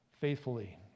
faithfully